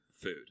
food